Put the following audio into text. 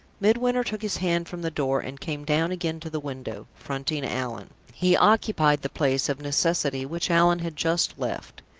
midwinter took his hand from the door, and came down again to the window, fronting allan. he occupied the place, of necessity, which allan had just left.